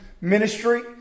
ministry